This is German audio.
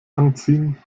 anziehen